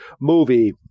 movie